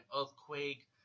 earthquake